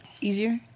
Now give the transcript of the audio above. easier